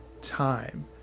time